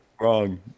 Wrong